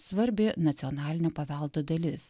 svarbi nacionalinio paveldo dalis